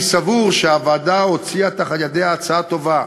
אני סבור שהוועדה הוציאה מתחת ידיה הצעה טובה.